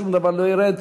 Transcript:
שום דבר לא ירד,